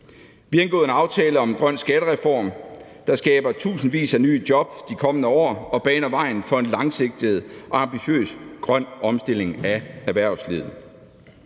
Vi har indgået en aftale om en grøn skattereform, der skaber tusindvis af nye job de kommende år og baner vejen for en langsigtet og ambitiøs grøn omstilling af erhvervslivet.